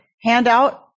handout